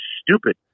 stupid